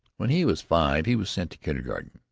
when he was five he was sent to kindergarten,